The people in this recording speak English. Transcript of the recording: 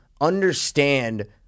understand